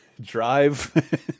drive